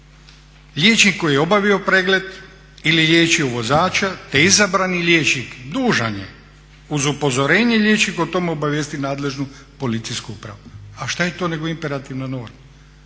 Liječnik koji je obavio pregled ili liječio vozača, te izabrani liječnik dužan je uz upozorenje liječnika o tome obavijestiti nadležnu policijsku upravu. A šta je to nego imperativna nula?